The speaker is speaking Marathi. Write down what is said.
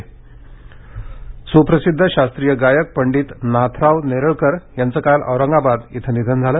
निधन नेरळकर सुप्रसिद्ध शास्त्रीय गायक पंडित नाथराव नेरळकर यांचं काल औरंगाबाद इथं निधन झालं